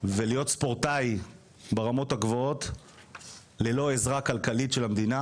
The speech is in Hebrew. ולהיות ספורטאי ברמות הגבוהות ללא עזרה כלכלית של המדינה,